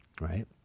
right